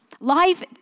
Life